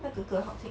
那个歌好听